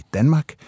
Danmark